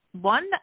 one